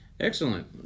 Excellent